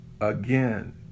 again